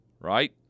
right